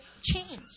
change